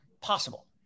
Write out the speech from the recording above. possible